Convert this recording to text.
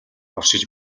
оршиж